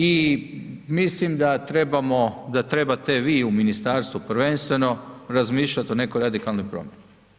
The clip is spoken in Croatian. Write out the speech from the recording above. I mislim da trebamo, da trebate vi u Ministarstvu prvenstveno razmišljati o nekoj radikalnoj promjeni.